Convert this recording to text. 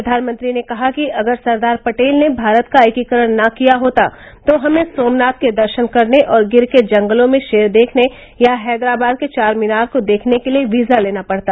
प्रधानमंत्री ने कहा कि अगर सरदार पटेल ने भारत का एकीकरण न किया होता तो हमें सोमनाथ के दर्शन करने और गिर के जंगलों में शेर देखने या हैदराबाद के चार मीनार को देखने के लिए वीजा लेना पड़ता